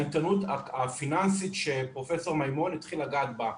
האיתנות הפיננסית שפרופ' מימון התחיל לגעת בה.